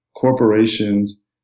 corporations